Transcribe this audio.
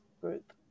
group